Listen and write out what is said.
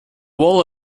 wall